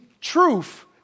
truth